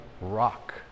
rock